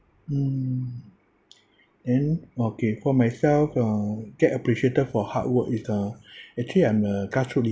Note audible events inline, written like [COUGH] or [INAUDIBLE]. mm then okay for myself uh get appreciated for hard work is uh [BREATH] actually I'm a cutthroat